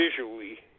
visually